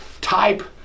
Type